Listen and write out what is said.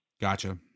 Gotcha